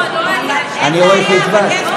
אין בעיה, אבל יש פה תקלה.